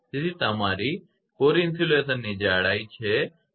તેથી તમારી કોર ઇન્સ્યુલેશનની જાડાઈ છે 2